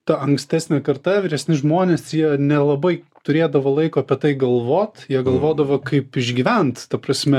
ta ankstesnė karta vyresni žmonės jie nelabai turėdavo laiko apie tai galvot jie galvodavo kaip išgyvent ta prasme